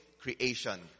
creation